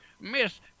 Miss